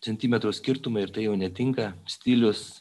centimetrų skirtumai ir tai jau netinka stilius